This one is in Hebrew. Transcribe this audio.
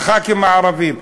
לח"כים הערבים,